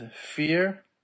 fear